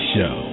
Show